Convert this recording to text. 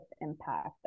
impact